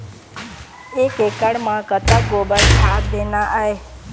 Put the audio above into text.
एक एकड़ म कतक गोबर खाद देना ये?